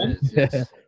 Yes